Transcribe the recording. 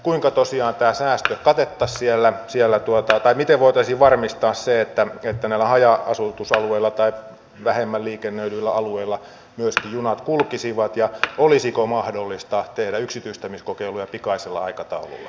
kuinka tosiaan tämä säästö katettaisiin siellä tai miten voitaisiin varmistaa se että näillä haja asutusalueilla tai vähemmän liikennöidyillä alueilla myöskin junat kulkisivat ja olisiko mahdollista tehdä yksityistämiskokeiluja pikaisella aikataululla